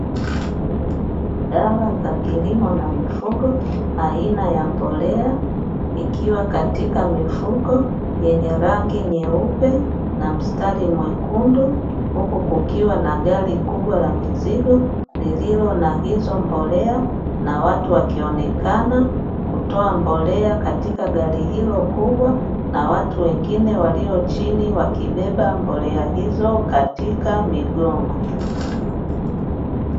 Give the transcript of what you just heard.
Dawa za kilimo na mifugo aina ya mbolea, ikiwa katika mifuko yenye rangi nyeupe na mstari mwekundu, huku kukiwa na gari kubwa la mzigo lililo na hizo mbolea na watu wakionekana kutoa mbolea katika gari hilo kubwa, na watu wengine walio chini wakibeba mbolea hizo katika migongo.